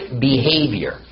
behavior